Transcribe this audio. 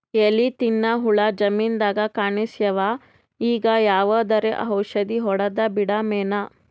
ಎಲಿ ತಿನ್ನ ಹುಳ ಜಮೀನದಾಗ ಕಾಣಸ್ಯಾವ, ಈಗ ಯಾವದರೆ ಔಷಧಿ ಹೋಡದಬಿಡಮೇನ?